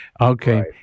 Okay